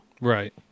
Right